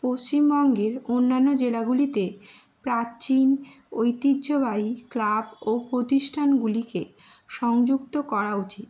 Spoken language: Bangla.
পশ্চিমবঙ্গের অন্যান্য জেলাগুলিতে প্রাচীন ঐতিহ্যবাহী ক্লাব ও প্রতিষ্ঠানগুলিকে সংযুক্ত করা উচিত